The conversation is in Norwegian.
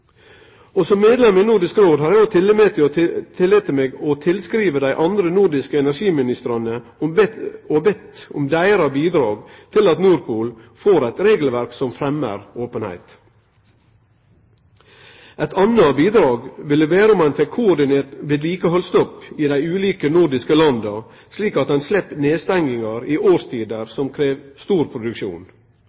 Som medlem i Nordisk Råd har eg òg tillate meg å tilskrive dei andre nordiske energiministrane, og bede om deira bidrag til at Nord Pool får eit regelverk som fremmar openheit. Eit anna bidrag ville vere om ein fekk koordinert vedlikehaldsstopp i dei ulike nordiske landa, slik at ein slepp nedstengingar i årstider som krev stor produksjon.